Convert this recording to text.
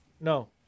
No